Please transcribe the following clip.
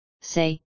say